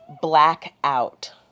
Blackout